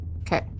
Okay